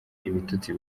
ibitutsi